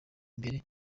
imbere